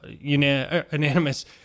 unanimous